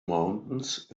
mountains